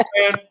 man